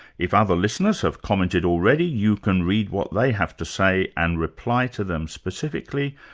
if other listeners have commented already, you can read what they have to say and reply to them specifically,